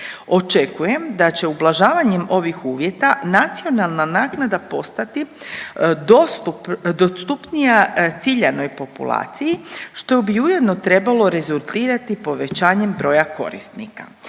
Očekujem da će ublažavanjem ovih uvjeta nacionalna naknada postati dostupnija ciljanoj populaciji što bi ujedno trebalo rezultirati povećanjem broja korisnika.